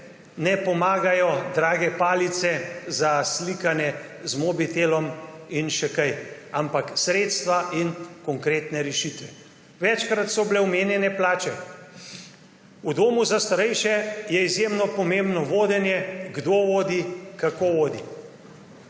ne pomagajo drage palice za slikanje z mobitelom in še kaj, ampak sredstva in konkretne rešitve. Večkrat so bile omenjene plače. V domu za starejše je izjemno pomembno vodenje, kdo vodi, kako vodi.